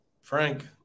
Frank